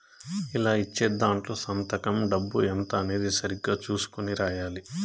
ఇలా ఇచ్చే దాంట్లో సంతకం డబ్బు ఎంత అనేది సరిగ్గా చుసుకొని రాయాలి